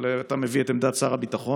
אבל אתה מביא את עמדת שר הביטחון: